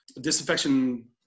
disinfection